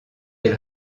elle